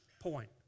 point